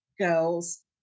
girls